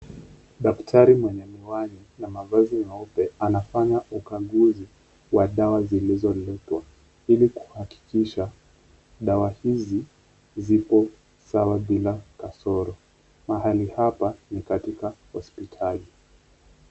Daktari mwenye miwani na mavazi meupe anafanya ukaguzi wa dawa zilizolipwa ili kuhakikisha dawa hizi ziko sawa bila kasoro. Mahali hapa ni katika hospitali.